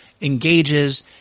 engages